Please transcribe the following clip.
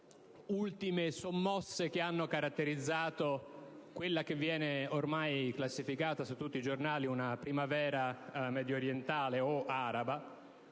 ultime sommosse che hanno caratterizzato quella che viene ormai classificata su tutti i giornali una "primavera" mediorientale o araba,